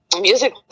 music